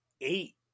eight